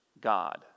God